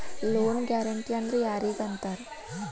Loan guarantee ಅಂದ್ರ್ ಯಾರಿಗ್ ಅಂತಾರ?